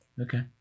Okay